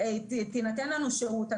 שיינתן לנו שרות,